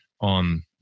on